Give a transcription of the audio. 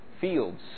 fields